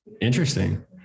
Interesting